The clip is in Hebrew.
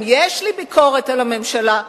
אם יש לי ביקורת על הממשלה,